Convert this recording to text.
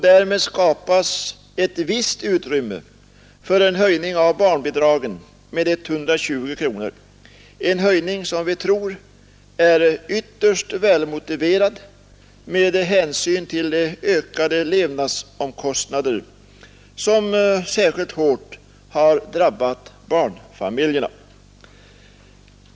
Därmed skapas ett visst utrymme för en höjning av barnbidraget med 120 kronor per år, en höjning som vi tror är ytterst välmotiverad med hänsyn till de ökade levnadsomkostnader som särskilt hårt har drabbat barnfamiljerna.